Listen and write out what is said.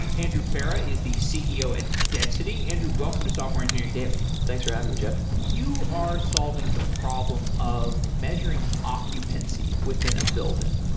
andrew farah is the ceo at density. andrew, welcome to software engineering daily thanks for having me, jeff. you are solving the problem of measuring occupancy within a building.